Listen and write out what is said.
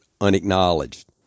unacknowledged